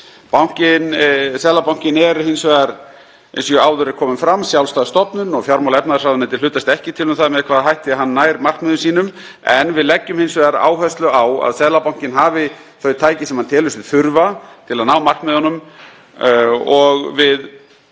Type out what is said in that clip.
Seðlabankinn er hins vegar, eins og áður er komið fram, sjálfstæð stofnun og fjármála- og efnahagsráðuneytið hlutast ekki til um það með hvaða hætti hann nær markmiðum sínum. En við leggjum hins vegar áherslu á að Seðlabankinn hafi þau tæki sem hann telur sig þurfa til að ná markmiðunum og við